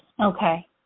Okay